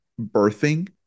birthing